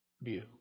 view